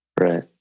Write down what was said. Right